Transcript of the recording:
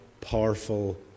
powerful